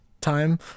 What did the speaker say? time